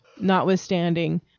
notwithstanding